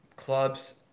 clubs